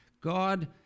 God